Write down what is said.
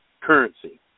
currency